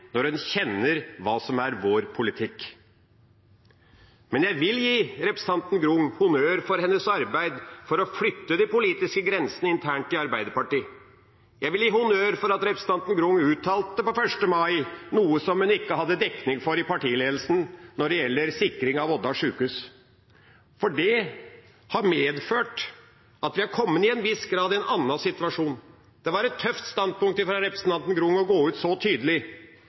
når en kjenner til hva som er vår politikk. Men jeg vil gi representanten Grung honnør for hennes arbeid for å flytte de politiske grensene internt i Arbeiderpartiet. Jeg vil gi honnør for at representanten Grung 1. mai uttalte noe som hun ikke hadde dekning for i partiledelsen, når det gjelder sikring av Odda sjukehus, for det har medført at vi har kommet til en viss grad i en annen situasjon. Det var et tøft standpunkt å gå ut så tydelig